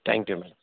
thank you ma'am